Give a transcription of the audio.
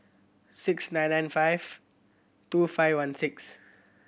six nine nine five two five one six